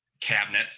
cabinet